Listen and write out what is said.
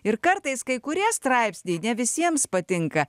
ir kartais kai kurie straipsniai ne visiems patinka